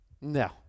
No